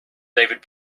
david